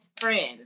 friend